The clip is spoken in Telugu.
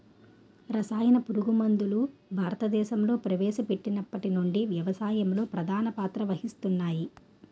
రసాయన పురుగుమందులు భారతదేశంలో ప్రవేశపెట్టినప్పటి నుండి వ్యవసాయంలో ప్రధాన పాత్ర వహిస్తున్నాయి